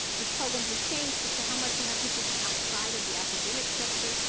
the program has changed as to how much you have people from outside of the academic sector,